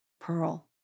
pearl